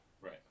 right